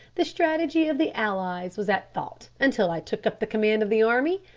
the strategy of the allies was at fault until i took up the command of the army.